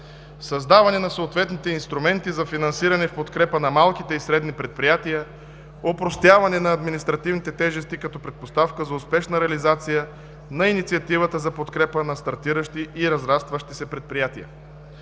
създаване на съответните инструменти за финансиране в подкрепа на малките и средни предприятия, опростяване на административните тежести като предпоставка за успешна реализация на Инициативата за подкрепа на стартиращи и разрастващи се предприятия.